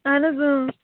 اَہَن حظ اۭں